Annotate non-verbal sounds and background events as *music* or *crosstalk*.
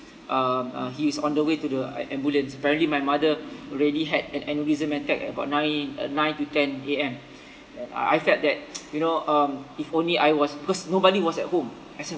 um uh he's on the way to the a~ ambulance apparently my mother already had an aneurism attack about nine uh nine to ten A_M I I felt that *noise* you know um if only I was because nobody was at home as in